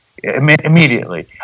Immediately